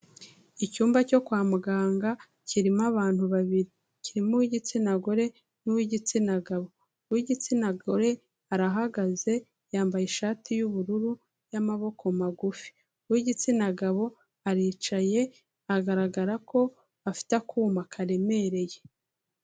Icyumba cyo kwa muganga kirimo abantu babiri. Kirimo uw'igitsina gore n'uw'igitsina gabo. Uw'igitsina gore arahagaze yambaye ishati y'ubururu y'amaboko magufi, uw'igitsina gabo aricaye agaragara ko afite akuma karemereye.